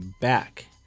back